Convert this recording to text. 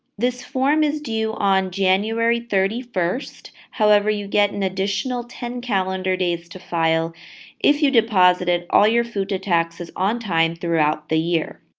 this form is due on january thirty one. however, you get an additional ten calendar days to file if you deposited all your futa taxes on time throughout the year.